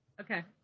okay